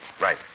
Right